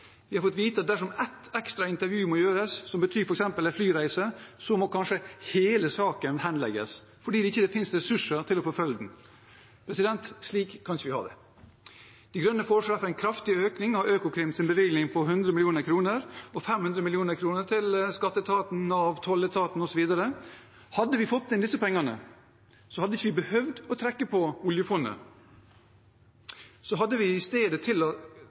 Vi har fått vite at dersom ett ekstra intervju må gjøres, som innebærer f.eks. en flyreise, må kanskje hele saken henlegges fordi det ikke finnes ressurser til å forfølge den. Slik kan vi ikke ha det. Miljøpartiet De Grønne foreslår derfor en kraftig økning på 100 mill. kr til Økokrim og 500 mill. kr til skatteetaten, Nav, tolletaten, osv. Hadde vi fått inn disse pengene, hadde vi ikke behøvd å trekke på oljefondet, og vi hadde i stedet kunnet tillate oss å tenke at